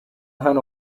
hano